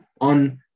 on